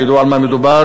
שידעו על מה מדובר: